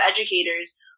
educators